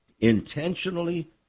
intentionally